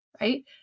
right